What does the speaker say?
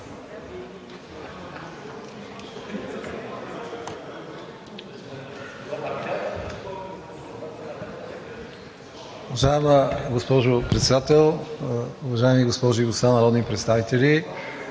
Уважаема госпожо Председател, уважаеми госпожи и господа народни представители!